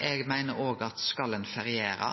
Eg